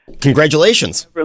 Congratulations